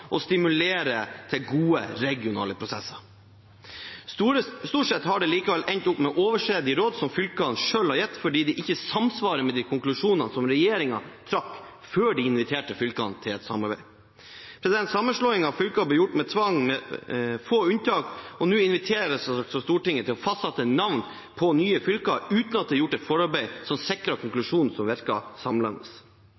stimulere til gode regionale prosesser. Stort sett har man likevel endt opp med å overse de rådene som fylkene selv har gitt, fordi de ikke samsvarer med de konklusjonene som regjeringen trakk før de inviterte fylkene til samarbeid. Sammenslåingen av fylker ble gjort med tvang med få unntak, og nå inviteres Stortinget til å fastsette navn på de nye fylkene uten at det er gjort et forarbeid som sikrer